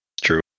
True